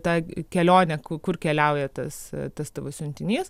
tą kelionę ku kur keliauja tas tas tavo siuntinys